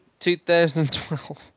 2012